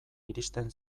iristen